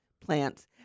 plants